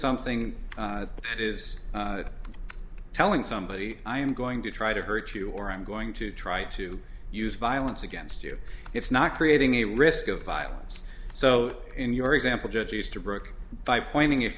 something that is telling somebody i am going to try to hurt you or i'm going to try to use violence against you it's not creating a risk of violence so in your example judge used to broke by pointing